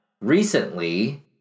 recently